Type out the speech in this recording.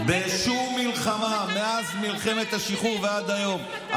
בשום מלחמה מאז מלחמת השחרור ועד היום,